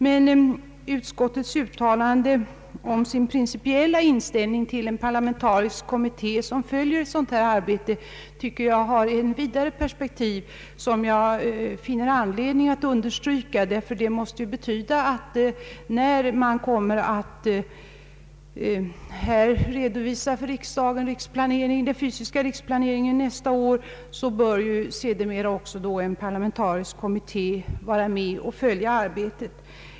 Men utskottets uttalande om sin principiella inställning till en parlamentarisk kommitté, som skulle följa detta planeringsarbete, tycker jag har ett vidare perspektiv som jag finner anledning att understryka. Det måste nämligen betyda att man efter att nästa år för riksdagen ha redovisat den fysiska riksplaneringen också bör låta en parlamentarisk kommitté vara med och följa arbetet.